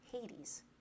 Hades